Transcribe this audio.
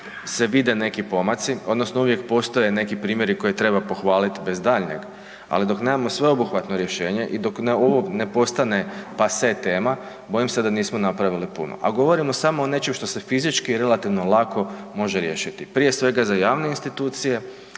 se vide neki pomaci odnosno uvijek postoje neke primjeri koje treba pohvaliti bez daljnjega, ali dok nemamo sveobuhvatno rješenje i dok ovo ne postane pase tema, bojim se da nismo napravili puno, a govorimo samo o nečem što se fizički i relativno lako može riješiti, prije svega za javne institucije,